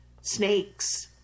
snakes